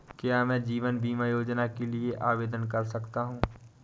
क्या मैं जीवन बीमा योजना के लिए आवेदन कर सकता हूँ?